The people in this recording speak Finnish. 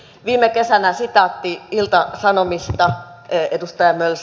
viime kesältä sitaatti ilta sanomista edustaja mölsä